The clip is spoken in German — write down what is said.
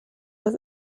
dass